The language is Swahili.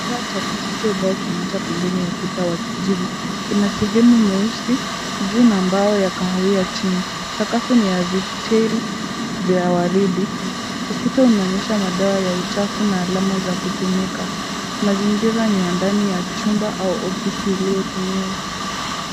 Kifaa cha kufutia ubao kimewachwa pembeni ya ukuta wa kijivu. Kina sehemu nyeusi juu na mbao ya kahawia chini. Sakafu ni ya tile vya waridi. Ukuta unaonyesha madawa ya uchafu na alama za kutumika. Mazingira ni ya ndani ya chumba au ofisi iliyotumiwa.